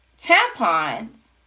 tampons